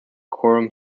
quorum